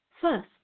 first